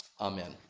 Amen